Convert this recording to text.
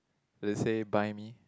do they say buy me